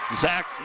Zach